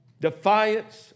defiance